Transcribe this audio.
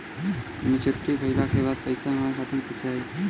Maturity भईला के बाद पईसा हमरे खाता में कइसे आई?